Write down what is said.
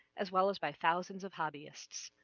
as well as by thousands of hobbyists.